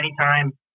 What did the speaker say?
anytime